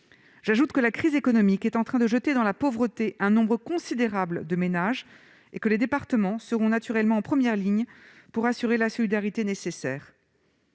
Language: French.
J'ajoute que la crise économique est en train de jeter dans la pauvreté un nombre considérable de ménages et que les départements seront naturellement en première ligne pour assurer la solidarité nécessaire.